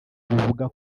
buvuga